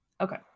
okay